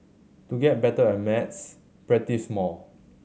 to get better at maths practise more